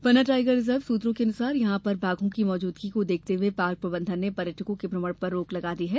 पन्ना tiger reserve सूत्रों के अनुसार यहां पर बाघों की मौजूदगी को देखते हुये पार्क प्रबन्धन ने पर्यटकों के भ्रमण पर रोक लगा दी है